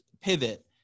pivot